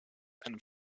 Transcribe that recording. and